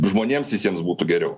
žmonėms visiems būtų geriau